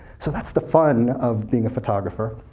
so that's the fun of being a photographer.